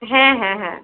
হ্যাঁ হ্যাঁ হ্যাঁ